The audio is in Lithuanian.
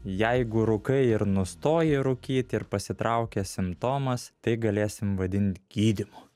jeigu rūkai ir nustoji rūkyt ir pasitraukia simptomas tai galėsim vadint gydymu